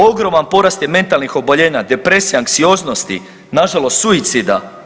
Ogroman porast je mentalnih oboljenja, depresije, anksioznosti, na žalost suicida.